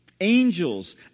Angels